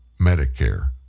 Medicare